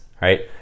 Right